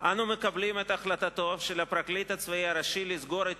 אנו מקבלים את החלטתו של הפרקליט הצבאי הראשי לסגור את